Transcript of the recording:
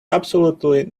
absolutely